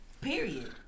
Period